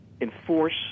enforce